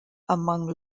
among